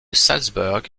salzbourg